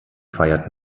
feiert